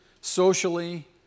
socially